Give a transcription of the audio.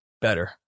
better